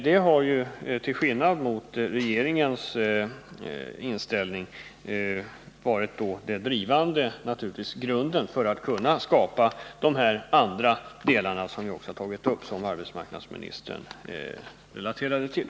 Detta har, till skillnad mot regeringens inställning, naturligtvis varit grunden för att man skall kunna skapa de andra delar som vi också tagit upp och som arbetsmarknadsministern refererat till.